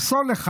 "פסל לך"